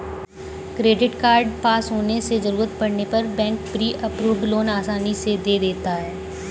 credit card पास होने से जरूरत पड़ने पर बैंक प्री अप्रूव्ड लोन आसानी से दे देता है